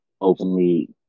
openly